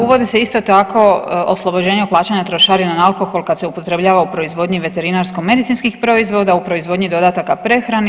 Uvodi se isto tako oslobođenje od plaćanja trošarina na alkohol kada se upotrebljava u proizvodnji veterinarsko-medicinskih proizvoda, u proizvodnji dodataka prehrani.